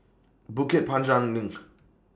Bukit Panjang LINK